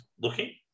looking